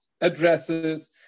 addresses